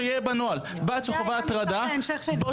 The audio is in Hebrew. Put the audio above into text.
שיהיה בנוהל בת שחווה הטרדה --- זה היה משפט ההמשך שלי.